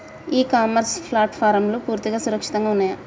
ఇ commerce ప్లాట్ఫారమ్లు పూర్తిగా సురక్షితంగా ఉన్నయా?